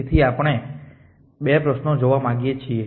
તેથી આપણે 2 પ્રશ્નો જોવા માંગીએ છીએ